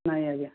ନାହିଁ ଆଜ୍ଞା